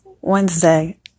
Wednesday